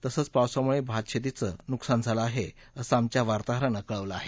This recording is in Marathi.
तसंच पावसामुळे भातशेतीच नुकसान झालं आहे असं आमच्या वार्ताहरानं कळवलं आहे